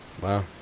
Wow